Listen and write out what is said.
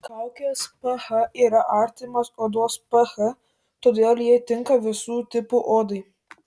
kaukės ph yra artimas odos ph todėl ji tinka visų tipų odai